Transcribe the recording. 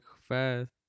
fast